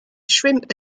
shrimp